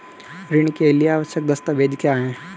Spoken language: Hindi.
ऋण के लिए आवश्यक दस्तावेज क्या हैं?